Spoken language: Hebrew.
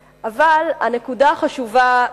אבל הנקודה החשובה בעיני,